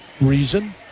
reason